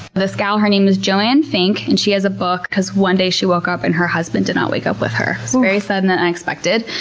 this gal, her name is joanne fink. and she has a book because one day she woke up and her husband did not wake up with her. it was very sudden and unexpected.